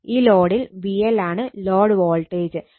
ഈ ലോഡിൽ VL ആണ് ലോഡ് വോൾട്ടേജ്